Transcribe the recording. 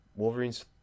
Wolverines